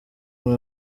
umwe